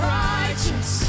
righteous